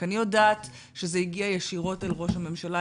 אני יודעת שזה הגיע ישירות לראש הממשלה,